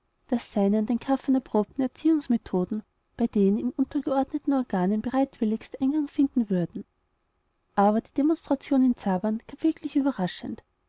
daß seine an den kaffern erprobten erziehungsmethoden bei den ihm untergeordneten organen bereitwilligst eingang finden würden aber die demonstration in zabern kam wirklich überraschend